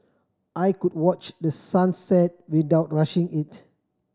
I could watch the sun set without rushing it